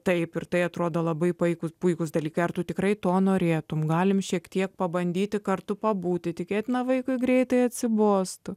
taip ir tai atrodo labai puikūs puikūs dalykai ar tu tikrai to norėtumei galime šiek tiek pabandyti kartu pabūti tikėtina vaikui greitai atsibostų